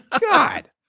God